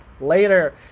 Later